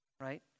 right